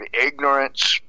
ignorance